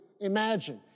imagine